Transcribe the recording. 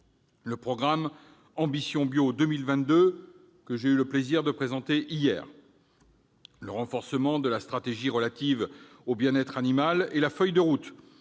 au programme « Ambition bio 2022 », que j'ai eu le plaisir de présenter hier ; au renforcement de la stratégie relative au bien-être animal ; et à la feuille de route